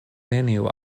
neniu